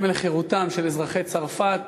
סמל לחירותם של אזרחי צרפת.